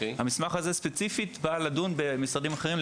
המסמך הזה ספציפית בא לדון במשרדים אחרים,